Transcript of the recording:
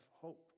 hope